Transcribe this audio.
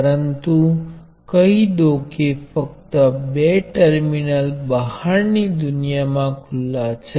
અને ધારો કે તેમના મૂલ્યો I1 અને I2 છે